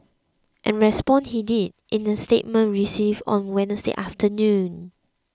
and respond he did in a statement we received on Wednesday afternoon